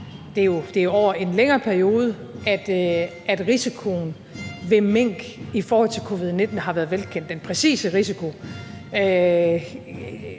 Det er over en længere periode, at risikoen ved mink i forhold til covid-19 har været velkendt. Den præcise